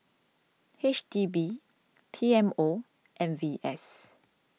H D B P M O and V S